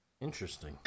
Interesting